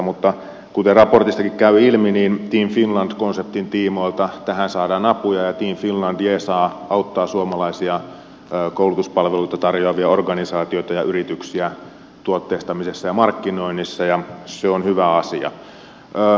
mutta kuten raportistakin käy ilmi niin team finland konseptin tiimoilta tähän saadaan apuja ja team finland jeesaa auttaa suomalaisia koulutuspalveluita tarjoavia organisaatioita ja yrityksiä tuotteistamisessa ja markkinoinnissa ja se on hyvä asia